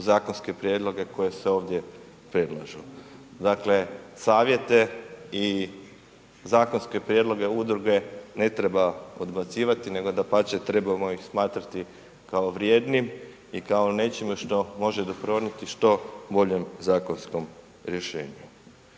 zakonske prijedloge koje se ovdje predlažu. Dakle, savjete i zakonske prijedloge udruge ne treba odbacivati nego dapače trebamo ih smatrati kao vrijednim i kao nečime što može doprinijeti što boljem zakonskom rješenju.